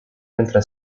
mentre